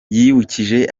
yibukije